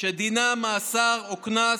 שדינה מאסר או קנס